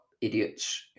idiots